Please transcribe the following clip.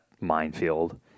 minefield